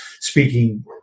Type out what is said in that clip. speaking